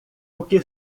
porque